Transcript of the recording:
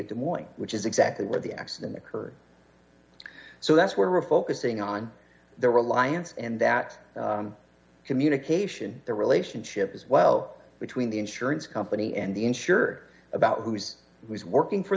of the morning which is exactly where the accident occurred so that's where we're focusing on their reliance and that communication their relationship as well between the insurance company and the insurer about who is was working for